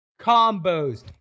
combos